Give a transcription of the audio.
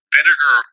Vinegar